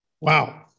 Wow